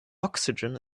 oxygen